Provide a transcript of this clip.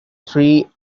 three